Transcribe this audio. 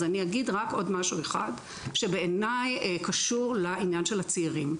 אז אני אגיד רק עוד משהו אחד שבעיני קשור לעניין של הצעירים,